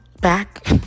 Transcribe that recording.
Back